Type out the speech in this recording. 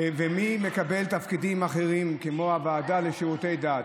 מי מקבל תפקידים אחרים, כמו הוועדה לשירותי דת.